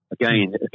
again